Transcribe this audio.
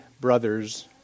brothers